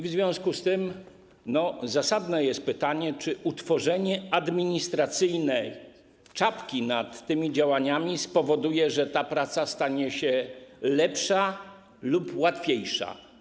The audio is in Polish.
W związku z tym zasadne jest pytanie, czy utworzenie administracyjnej czapki nad tymi działaniami spowoduje, że ta praca stanie się lepsza lub łatwiejsza.